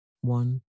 One